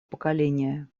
поколения